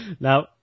Now